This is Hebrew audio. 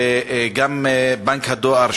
וגם בנק הדואר,